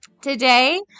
Today